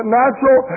natural